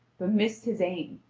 but missed his aim,